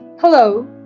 Hello